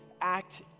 act